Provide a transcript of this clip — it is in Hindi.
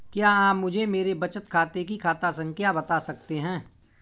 क्या आप मुझे मेरे बचत खाते की खाता संख्या बता सकते हैं?